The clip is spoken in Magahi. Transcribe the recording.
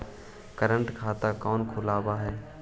करंट खाता कौन खुलवावा हई